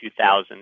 2000